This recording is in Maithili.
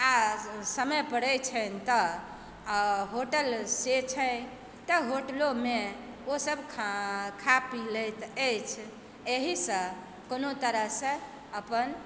आ समय पड़ै छनि तऽ आ होटल से छै तऽ होटलोमे ओसभ खा पी लैत अछि एहिसँ कोनो तरहसँ अपन